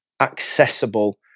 accessible